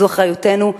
זו אחריותנו.